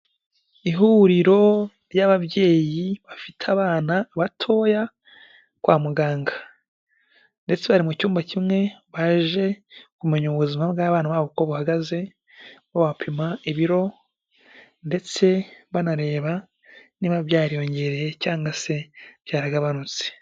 Ihuriro ry'ababyeyi bafite abana batoya kwa muganga, ndetse bari mu cyumba kimwe baje kumenya ubuzima bw'abana babo uko buhagaze, babapima ibiro ndetse banareba niba byariyongereye cyangwa se byaragabanutse.